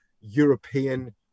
European